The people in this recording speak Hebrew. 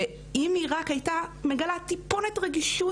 אם המורה רק הייתה מגלה טיפונת רגישות